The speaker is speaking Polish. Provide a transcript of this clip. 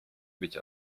być